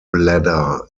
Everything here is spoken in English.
bladder